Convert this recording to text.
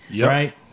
right